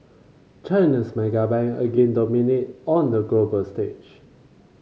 China's mega bank again dominated on the global stage